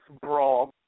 brawl